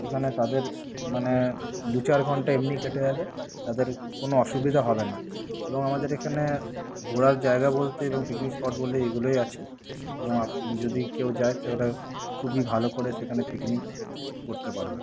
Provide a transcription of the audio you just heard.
এখানে তাদের মানে দু চার ঘন্টা এমনিই কেটে যাবে তাদের কোনো অসুবিধা হবে না এবং আমাদের এখানে ঘোরার জায়গা বলতে এবং পিকনিক স্পট বলতে এইগুলোই আছে এবং যদি কেউ যায় খুবই ভালো করে সেখানে পিকনিক করতে পারবেন